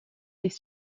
des